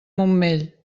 montmell